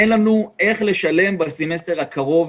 אין לנו איך לשלם בסמסטר הקרוב,